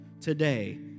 today